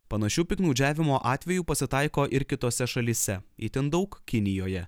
panašių piktnaudžiavimo atvejų pasitaiko ir kitose šalyse itin daug kinijoje